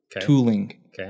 tooling